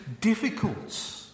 difficult